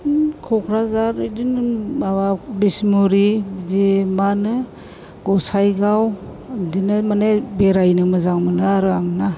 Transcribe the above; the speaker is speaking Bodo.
क'कराझार बिदिनो माबा बिसमुरि बिदि मा होनो गसाइगाव बिदिनो माने बेरायनो मोजां मोनो आरो आं ना